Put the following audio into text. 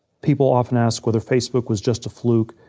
people often ask whether facebook was just a fluke,